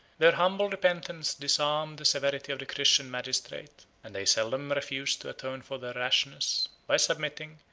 their humble repentance disarmed the severity of the christian magistrate, and they seldom refused to atone for their rashness, by submitting,